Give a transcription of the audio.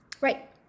right